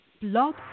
Blog